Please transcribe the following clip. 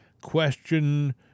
question